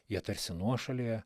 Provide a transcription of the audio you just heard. jie tarsi nuošalėje